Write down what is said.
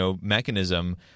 mechanism